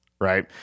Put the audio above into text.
Right